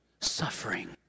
suffering